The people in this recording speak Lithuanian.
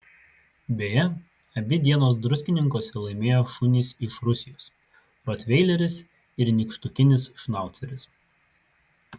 beje abi dienas druskininkuose laimėjo šunys iš rusijos rotveileris ir nykštukinis šnauceris